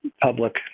public